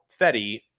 Fetty